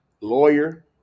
Lawyer